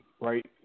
right